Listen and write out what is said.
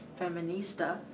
Feminista